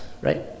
right